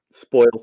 spoil